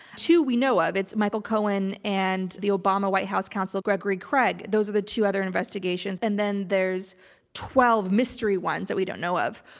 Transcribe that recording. two we know of. it's michael cohen and the obama white house counsel, gregory craig. those are the two other investigations. and then there's twelve mystery ones that we don't know of.